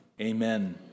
Amen